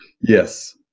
Yes